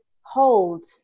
hold